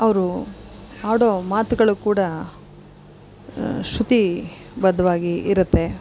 ಅವರು ಆಡೋ ಮಾತುಗಳು ಕೂಡ ಶೃತಿ ಬದ್ಧವಾಗಿ ಇರುತ್ತೆ